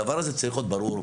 הדבר הזה צריך להיות ברור.